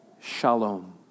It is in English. shalom